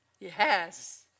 yes